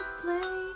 play